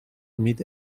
mid